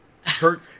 Kurt